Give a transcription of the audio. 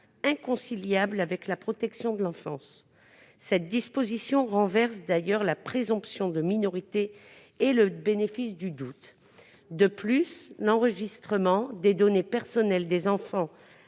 inconciliable avec la protection de l'enfance. Cette disposition renverse d'ailleurs la présomption de minorité et le bénéfice du doute. De plus, l'enregistrement des données personnelles des enfants